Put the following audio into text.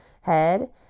head